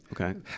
Okay